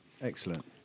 Excellent